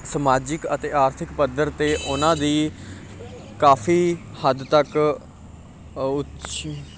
ਸਮਾਜਿਕ ਅਤੇ ਆਰਥਿਕ ਪੱਧਰ 'ਤੇ ਉਹਨਾਂ ਦੀ ਕਾਫੀ ਹੱਦ ਤੱਕ ਅ ਉੱਚ